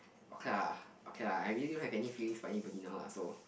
okay lah okay lah I really don't have any feelings for anybody now lah so